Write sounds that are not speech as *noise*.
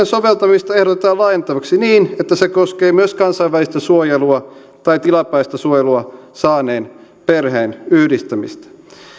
*unintelligible* soveltamista ehdotetaan laajennettavaksi niin että se koskee myös kansainvälistä suojelua tai tilapäistä suojelua saaneen perheen yhdistämistä